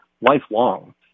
lifelong